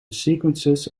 sequences